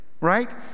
right